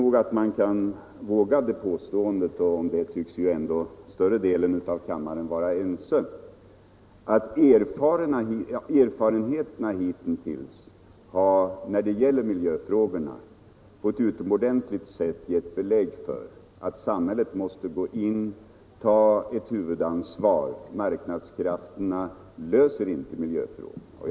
Man kan nog våga det påståendet —- om det tycks ändå större delen av kammaren vara ense — att erfarenheterna när det gäller miljöfrågorna hittills på ett utomordentligt sätt har gett belägg för att samhället måste ta huvudansvaret. Marknadskrafterna löser inte miljöfrågorna.